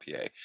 PA